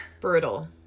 brutal